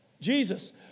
Jesus